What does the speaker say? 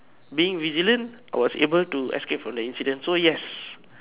being resilient I was able to escape from the incident so yes